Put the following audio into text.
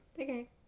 okay